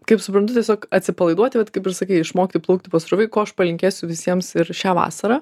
kaip suprantu tiesiog atsipalaiduoti vat kaip ir sakei išmokti plaukti pasroviui ko aš palinkėsiu visiems ir šią vasarą